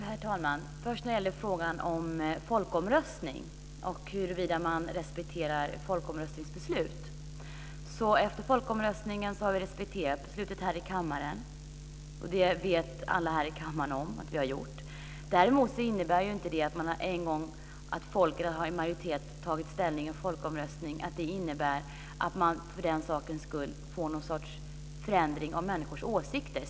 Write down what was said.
Herr talman! Först vill jag kommentera frågan om folkomröstning och huruvida man respekterar folkomröstningsbeslut. Efter folkomröstningen har vi respekterat beslutet här i kammaren. Det vet alla här i kammaren om att vi har gjort. Däremot innebär inte det faktum att folkmajoriteten en gång har tagit ställning i en folkomröstning att det blir någon slags förändring av människors åsikter.